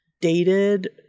dated